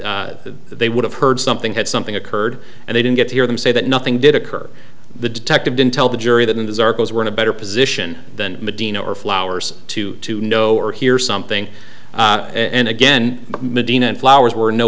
they would have heard something had something occurred and they didn't get to hear them say that nothing did occur the detective didn't tell the jury that in the we're in a better position than medina or flowers to to know or hear something and again medina and flowers were no